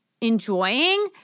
enjoying